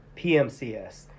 PMCS